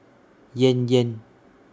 Yan Yan